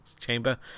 chamber